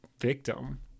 victim